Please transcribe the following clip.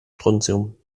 strontium